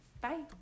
Bye